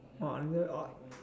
orh under orh